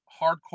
hardcore